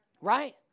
right